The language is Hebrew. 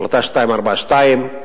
החלטה 242,